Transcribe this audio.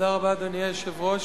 אדוני היושב-ראש,